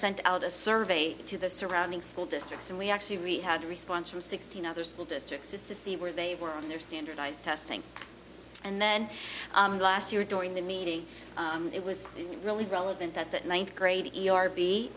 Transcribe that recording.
sent out a survey to the surrounding school districts and we actually really had a response from sixteen other school districts just to see where they were on their standardized testing and then last year during the meeting it was really relevant that that ninth grade